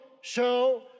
show